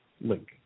link